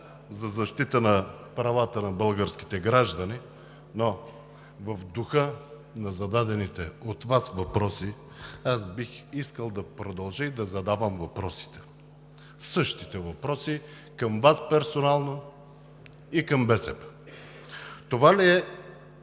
за защита на правата на българските граждани, но в духа на зададените от Вас въпроси бих искал да продължа и да задавам въпросите – същите въпроси към Вас персонално и към БСП. Това ли е